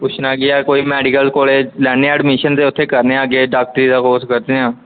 ਪੁੱਛਣਾ ਕੀ ਹੈ ਕੋਈ ਮੈਡੀਕਲ ਕੋਲਜ ਲੈਂਦੇ ਹਾਂ ਐਡਮਿਸ਼ਨ ਅਤੇ ਉੱਥੇ ਕਰਦੇ ਹਾਂ ਅੱਗੇ ਡਾਕਟਰੀ ਦਾ ਕੋਰਸ ਕਰਦੇ ਹਾਂ